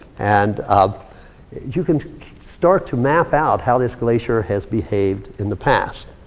and you can start to map out how this glacier has behaved in the past.